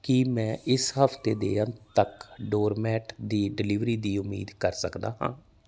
ਕੀ ਮੈਂ ਇਸ ਹਫਤੇ ਦੇ ਅੰਤ ਤੱਕ ਡੋਰ ਮੈਟ ਦੀ ਡਿਲੀਵਰੀ ਦੀ ਉਮੀਦ ਕਰ ਸਕਦਾ ਹਾਂ